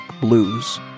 blues